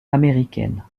américaine